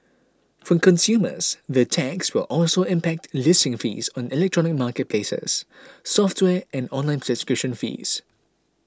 for consumers the tax will also impact listing fees on electronic marketplaces software and online subscription fees